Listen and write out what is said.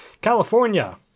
California